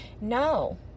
no